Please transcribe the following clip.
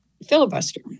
filibuster